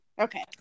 Okay